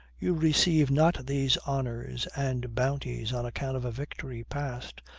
you receive not these honors and bounties on account of a victory past,